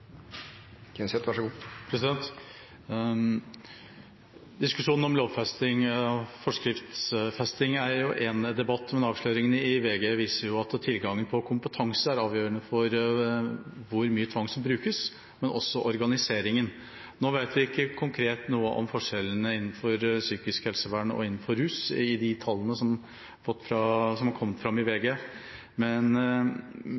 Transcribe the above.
jo en debatt, men avsløringene i VG viser at tilgangen på kompetanse er avgjørende for hvor mye tvang som brukes, men også organiseringen. Nå vet vi ikke konkret noe om forskjellene innenfor psykisk helsevern og innen rus ut fra de tallene som har kommet fram i